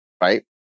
right